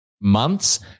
months